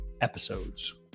episodes